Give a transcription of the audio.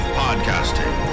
podcasting